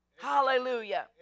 Hallelujah